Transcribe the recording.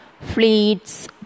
fleets